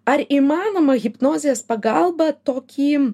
ar įmanoma hipnozės pagalba tokį